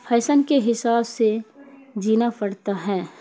fashion کے حساب سے جینا پڑتا ہے